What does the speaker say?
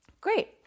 Great